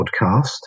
podcast